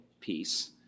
piece